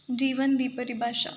ਜੀਵਨ ਦੀ ਪਰਿਭਾਸ਼ਾ